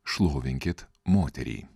šlovinkit moterį